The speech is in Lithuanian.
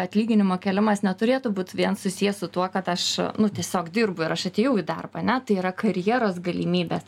atlyginimo kėlimas neturėtų būt vien susijęs su tuo kad aš nu tiesiog dirbu ir aš atėjau į darbą ane tai yra karjeros galimybės